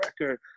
record